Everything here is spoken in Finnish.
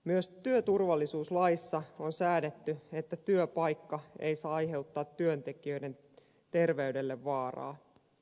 myös työturvallisuuslaissa on säädetty että työpaikka ei saa aiheuttaa työntekijöiden terveydelle vaaraa